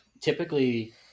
typically